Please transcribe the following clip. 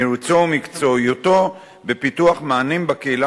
מרצו ומקצועיותו בפיתוח מענים בקהילה